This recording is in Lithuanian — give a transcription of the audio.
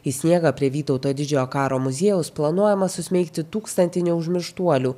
į sniegą prie vytauto didžiojo karo muziejaus planuojama susmeigti tūkstantį neužmirštuolių